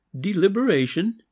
deliberation